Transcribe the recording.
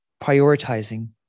prioritizing